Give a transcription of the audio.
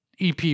EP